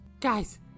Guys